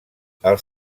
els